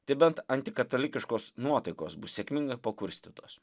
tai bent antikatalikiškos nuotaikos bus sėkmingai pakurstytos